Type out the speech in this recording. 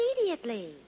immediately